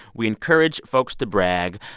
we encourage folks to brag.